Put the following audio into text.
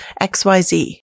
XYZ